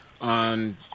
on